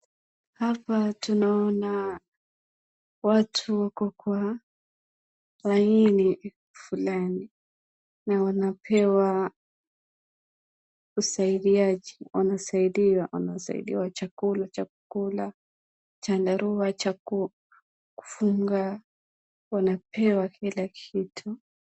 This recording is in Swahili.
Hapa tunaona watu wako kwa laini fulani na wanapewa usaidiaji. Wanasaidiwa chakula chandarua cha kufunga wanapewa kila kitu.